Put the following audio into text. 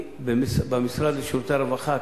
במשרד לשירותי רווחה,